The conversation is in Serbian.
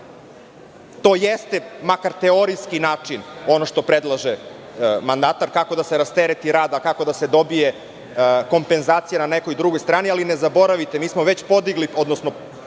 To jeste makar teorijski način ono što predlaže mandatar kako da se rastereti rad, a kako da se dobije kompenzacija na nekoj drugoj strane, ali ne zaboravite, već je Vlada podigla PDV